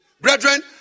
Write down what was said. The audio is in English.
Brethren